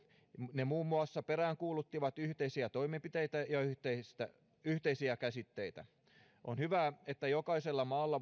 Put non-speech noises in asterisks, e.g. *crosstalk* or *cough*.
ne muun muassa peräänkuuluttivat yhteisiä toimenpiteitä ja yhteisiä käsitteitä on hyvä että jokaisella maalla *unintelligible*